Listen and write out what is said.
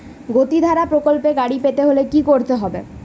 গতিধারা প্রকল্পে গাড়ি পেতে হলে কি করতে হবে?